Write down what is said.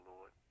Lord